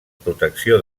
protecció